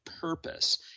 purpose